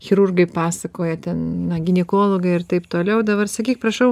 chirurgai pasakoja ten na ginekologai ir taip toliau dabar sakyk prašau